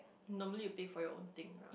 normally will pay for your own thing lah